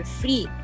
free